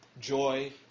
joy